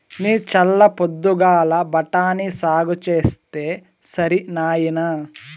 నీ చల్ల పొద్దుగాల బఠాని సాగు చేస్తే సరి నాయినా